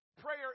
prayer